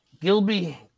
Gilby